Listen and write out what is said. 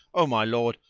o my lord,